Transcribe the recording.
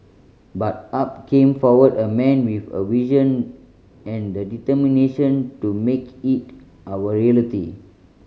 but up came forward a man with a vision and the determination to make it our reality